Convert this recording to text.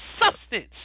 substance